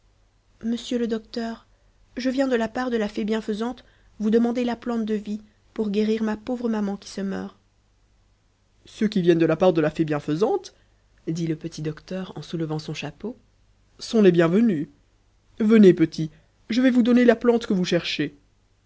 monsieur le docteur je viens de la part de la fée bienfaisante vous demander la plante de vie pour guérir ma pauvre maman qui se meurt ceux qui viennent de la part de la fée bienfaisante dit le petit docteur en soulevant son chapeau sont les bienvenus venez petit je vais vous donner la plante que vous cherchez